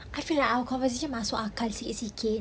I feel like our conversation masuk akal sikit-sikit